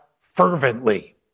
fervently